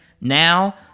Now